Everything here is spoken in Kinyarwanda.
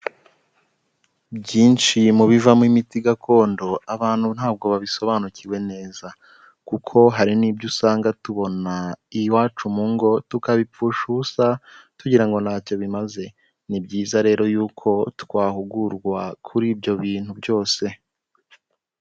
Byinshi mu bivamo imiti gakondo abantu ntabwo babisobanukiwe neza, kuko hari n'ibyo usanga tubona iwacu mu ngo tukabipfusha ubusa tugira ngo nta cyo bimaze. Ni byiza rero yuko twahugurwa kuri ibyo bintu byose.